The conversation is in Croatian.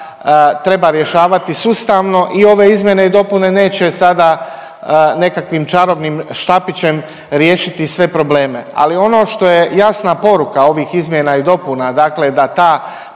treba rješavati sustavno i ove izmjene i dopune neće sada nekakvim čarobnim štapićem riješiti sve probleme, ali ono što je jasna poruka ovih izmjena i dopuna dakle da ta